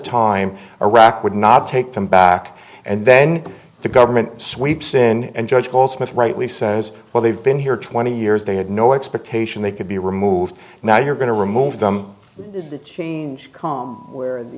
time iraq would not take them back and then the government sweeps in and judge goldsmith rightly says well they've been here twenty years they had no expectation they could be removed now you're going to remove them change where the